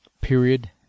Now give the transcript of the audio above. period